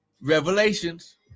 Revelations